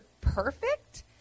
perfect